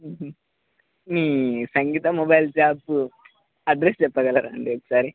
మీ Sangeetha mobile shop address చెప్పగలరాండి ఒకసారి